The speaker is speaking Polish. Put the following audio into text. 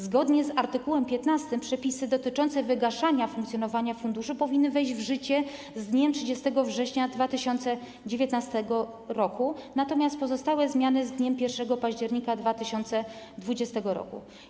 Zgodnie z art. 15 przepisy dotyczące wygaszania funkcjonowania funduszu powinny wejść w życie z dniem 30 września 2019 r., natomiast pozostałe zmiany - z dniem 1 października 2020 r.